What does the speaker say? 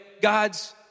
God's